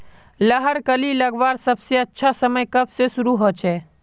लहर कली लगवार सबसे अच्छा समय कब से शुरू होचए?